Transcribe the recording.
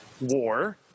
war